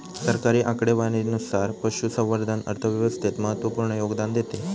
सरकारी आकडेवारीनुसार, पशुसंवर्धन अर्थव्यवस्थेत महत्त्वपूर्ण योगदान देते